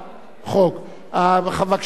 בבקשה, יושב-ראש ועדת הכלכלה.